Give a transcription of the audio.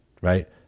right